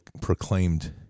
proclaimed